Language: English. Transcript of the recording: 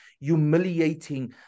humiliating